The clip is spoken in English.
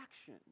action